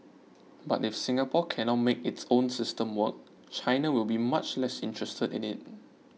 but if Singapore cannot make its system work China will be much less interested in it